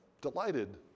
delighted